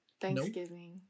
Thanksgiving